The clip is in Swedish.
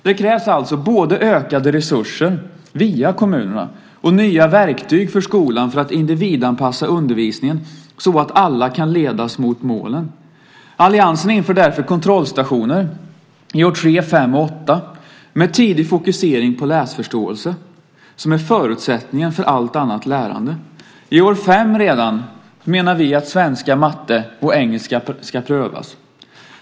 Det krävs alltså både ökade resurser, via kommunerna, och nya verktyg för skolan för att individanpassa undervisningen så att alla kan ledas mot målen. Alliansen inför därför kontrollstationer vid år 3, 5 och 8 med tidig fokusering på läsförståelse, som är förutsättningen för allt annat lärande. Redan vid år 5 menar vi att svenska, matte och engelska ska prövas.